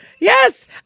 Yes